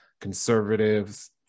conservatives